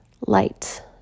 light